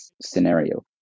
scenario